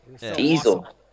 Diesel